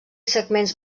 segments